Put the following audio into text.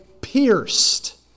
pierced